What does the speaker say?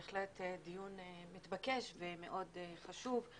בהחלט דיון מתבקש ומאוד חשוב.